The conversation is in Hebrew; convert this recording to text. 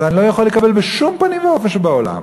אבל אני לא יכול לקבל בשום פנים ואופן שבעולם